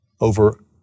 over